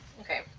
okay